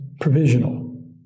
provisional